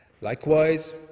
likewise